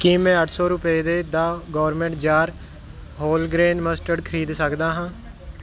ਕੀ ਮੈਂ ਅੱਠ ਸੌ ਰੁਪਏ ਦੇ ਦਾ ਗੋਰਮੇਟ ਜਾਰ ਹੋਲਗਰੇਨ ਮਸਟਰਡ ਖਰੀਦ ਸਕਦਾ ਹਾਂ